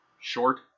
short